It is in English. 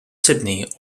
sydney